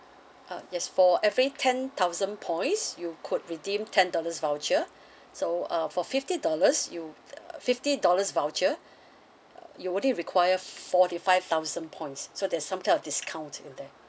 uh yes for every ten thousand points you could redeem ten dollars voucher so uh for fifty dollars you uh fifty dollars voucher err you only require forty five thousand points so there's some kind of discount in there